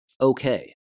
Okay